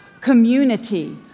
community